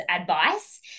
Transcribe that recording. advice